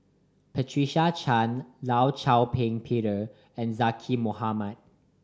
Patricia Chan Law Shau Ping Peter and Zaqy Mohamad